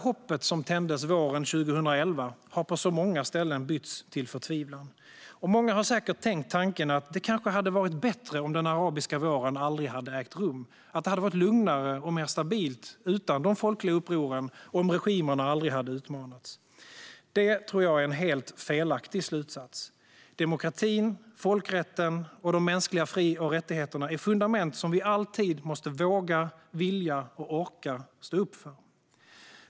Hoppet som tändes våren 2011 har på så många ställen bytts till förtvivlan. Många har säkert tänkt tanken att det kanske hade varit bättre om den arabiska våren aldrig hade ägt rum, att det hade varit lugnare och mer stabilt utan de folkliga upproren om regimerna aldrig hade utmanats. Det är en helt felaktig slutsats. Demokratin, folkrätten och de mänskliga fri och rättigheterna är fundament som vi alltid måste våga, vilja och orka stå upp för.